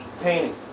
painting